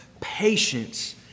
patience